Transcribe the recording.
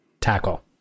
Tackle